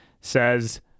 Says